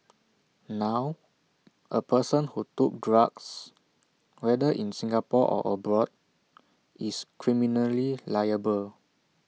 now A person who took drugs whether in Singapore or abroad is criminally liable